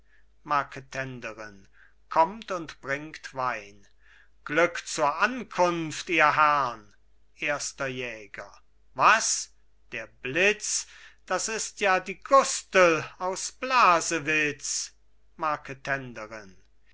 marketenderin kommt und bringt wein glück zur ankunft ihr herrn erster jäger was der blitz das ist ja die gustel aus blasewitz